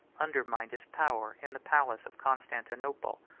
undermined his power in the palace of constantinople.